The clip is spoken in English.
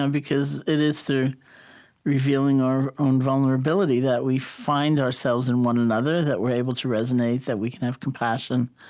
um because it is through revealing our own vulnerability that we find ourselves in one another that we're able to resonate that we can have compassion.